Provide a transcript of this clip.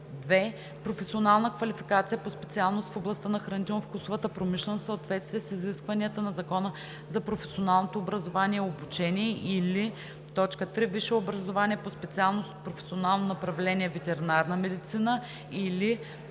2. професионална квалификация по специалност в областта на хранително-вкусовата промишленост в съответствие с изискванията на Закона за професионалното образование и обучение, или 3. висше образование по специалност от професионално направление „Ветеринарна медицина“, или